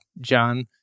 John